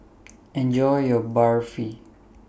Enjoy your Barfi